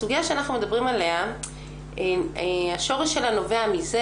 השורש של הסוגיה שאנחנו מדברים עליה נובע מזה